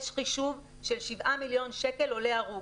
יש חישוב,7 מיליון שקלים עולה הרוג.